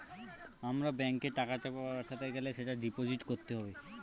আমার ব্যাঙ্কে টাকা পাঠাতে গেলে সেটা ডিপোজিট করতে হবে